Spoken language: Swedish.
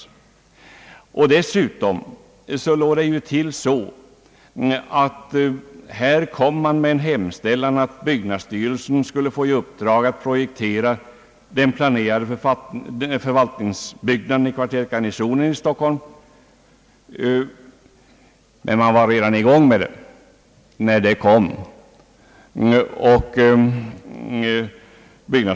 Vidare förhöll det sig på det sättet, att när man kom med en hemställan om att byggnadsstyrelsen skulle få i uppdrag att projektera den planerade förvaltningsbyggnaden i kvarteret Garnisonen i Stockholm hade byggnadsstyrelsen redan börjat med detta.